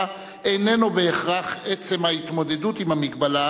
איננו בהכרח עצם ההתמודדות עם המגבלה,